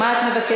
מה את מבקשת?